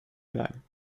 bleiben